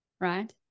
right